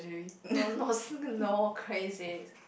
no no crazy